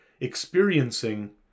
experiencing